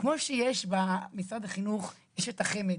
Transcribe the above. כמו שיש במשרד החינוך את החמד,